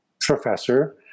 professor